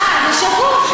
אה, זה שקוף.